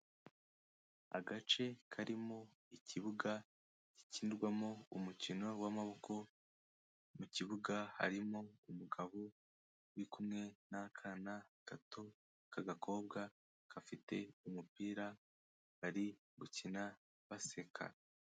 Agace karimo ikibuga gikinirwamo umukino w'amaboko, mu kibuga harimo umugabo uri kumwe n'akana gato k'agakobwa gafite umupira bari gukina baseka.